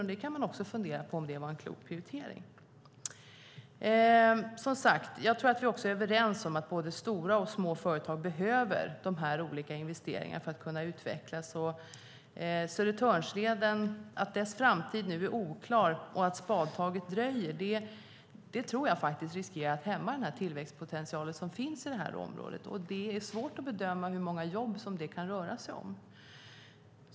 Även där kan man fundera på om det var en klok prioritering. Jag tror att vi är överens om att både stora och små företag behöver dessa olika investeringar för att kunna utvecklas. Att Södertörnsledens framtid nu är oklar och det första spadtaget dröjer tror jag riskerar att hämma den tillväxtpotential som finns i området. Det är svårt att bedöma hur många jobb det kan röra sig om.